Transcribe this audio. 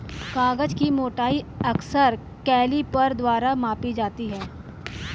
कागज की मोटाई अक्सर कैलीपर द्वारा मापी जाती है